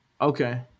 Okay